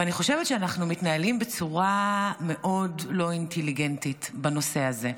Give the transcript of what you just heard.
ואני חושבת שאנחנו מתנהלים בצורה מאוד לא אינטליגנטית בנושא הזה,